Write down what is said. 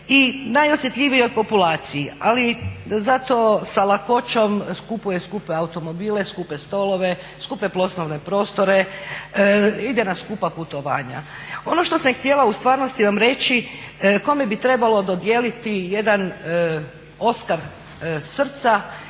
i najosjetljivijoj populaciji. Ali, zato sa lakoćom kupuje skupe automobile, skupe stolove, skupe poslovne prostore, ide na skupa putovanja. Ono što sam htjela u stvarnosti vam reći kome bi trebalo dodijeliti jedan Oskar srca